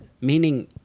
meaning